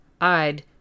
I'd